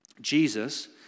Jesus